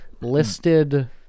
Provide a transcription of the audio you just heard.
listed